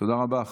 תודה רבה.